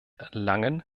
langen